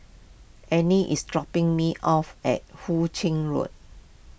Anie is dropping me off at Hu Ching Road